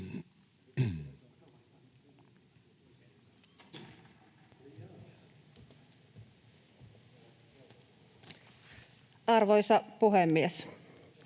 Arvoisa puhemies!